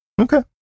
Okay